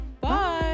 bye